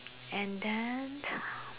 and then